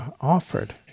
offered